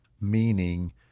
meaning